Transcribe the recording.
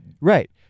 Right